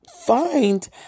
find